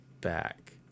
back